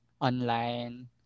online